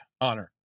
honor